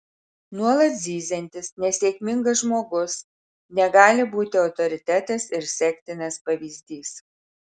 nuolat zyziantis nesėkmingas žmogus negali būti autoritetas ir sektinas pavyzdys